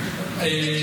תור?